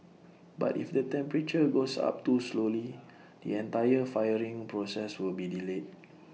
but if the temperature goes up too slowly the entire firing process will be delayed